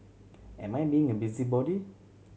am I being a busybody